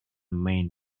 main